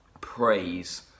Praise